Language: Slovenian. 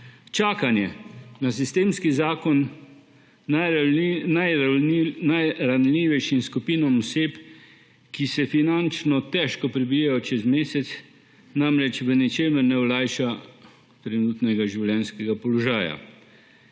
Čakanje na sistemski zakon najranljivejšim skupinam oseb, ki se finančno težko prebijajo čez mesec, namreč v ničemer ne olajša trenutnega življenjskega položaja.